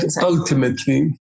Ultimately